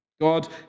God